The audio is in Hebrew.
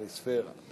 קליספרה.